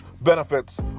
benefits